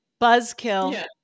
Buzzkill